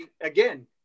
again